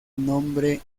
nombre